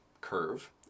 curve